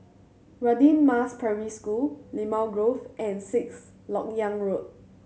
Radin Mas Primary School Limau Grove and Sixth Lok Yang Road